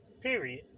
period